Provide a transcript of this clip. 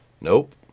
Nope